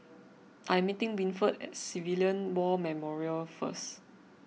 I am meeting Winford at Civilian War Memorial first